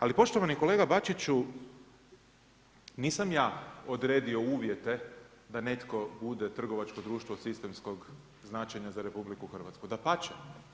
Ali poštovani kolega Bačiću nisam ja odredio uvjete da netko bude trgovačko društvo od sistemskog značenja za RH, dapače.